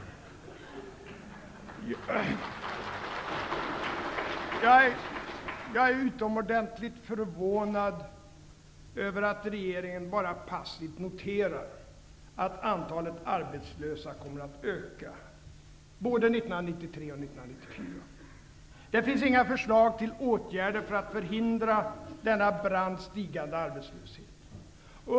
Jag är utomordentligt förvånad över att regeringen bara passivt noterar att antalet arbetslösa kommer att öka både 1993 och 1994. Det finns inga förslag till åtgärder för att förhindra denna brant stigande arbetslöshet.